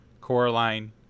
Coraline